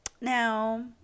Now